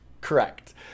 Correct